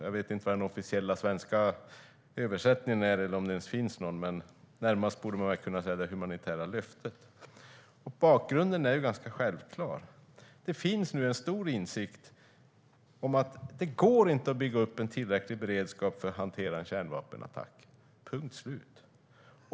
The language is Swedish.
Jag vet inte vad den officiella svenska översättningen är eller om det ens finns någon, men närmast borde man väl kunna säga det humanitära löftet. Bakgrunden är ganska självklar. Det finns nu en stor insikt om att det inte går att bygga upp tillräcklig beredskap för att hantera en kärnvapenattack. Punkt slut.